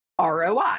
ROI